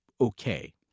okay